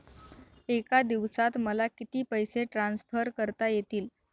एका दिवसात मला किती पैसे ट्रान्सफर करता येतील?